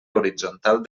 horitzontal